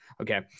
okay